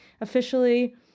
officially